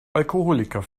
alkoholiker